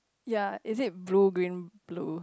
ya is it blue green blue